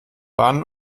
wann